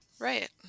Right